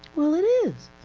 well it is,